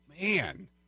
Man